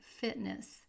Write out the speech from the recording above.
fitness